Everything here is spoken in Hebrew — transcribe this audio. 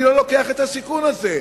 אני לא לוקח את הסיכון הזה.